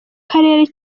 karere